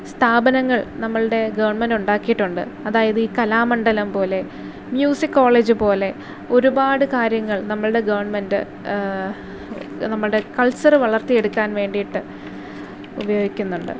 സ്ഥാപനങ്ങൾ നമ്മളുടെ ഗവൺമെൻറ്റ് ഉണ്ടാക്കിയിട്ടുണ്ട് അതായത് ഈ കലാമണ്ഡലം പോലെ മ്യൂസിക് കോളേജ് പോലെ ഒരുപാട് കാര്യങ്ങൾ നമ്മളുടെ ഗവൺമെൻറ്റ് നമ്മൾടെ കൾച്ചറ് വളർത്തി എടുക്കാൻ വേണ്ടിയിട്ട് ഉപയോഗിക്കുന്നുണ്ട്